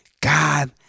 God